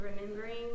remembering